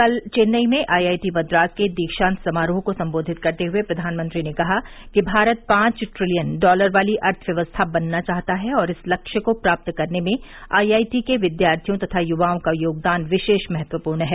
कल चेन्नई में आईआईटी मद्रास के दीक्षान्त समारोह को संबोधित करते हए प्रधानमंत्री ने कहा कि भारत पांच ट्रिलियन डॉलर वाली अर्थव्यवस्था बनना चाहता है और इस लक्ष्य को प्राप्त करने में आईआईटी के विद्यार्थियों तथा युवाओं का योगदान विशेष महत्वपूर्ण है